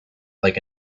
like